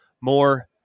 More